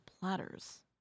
Platters